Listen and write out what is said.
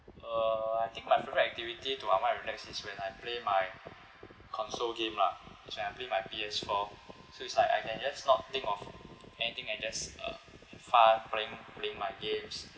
uh I think my favourite activity to unwind and relax since when I play my console game lah is when I play my P_S four so it's like I can just not think of anything and just uh have fun playing playing my games